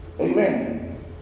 Amen